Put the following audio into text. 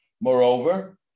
Moreover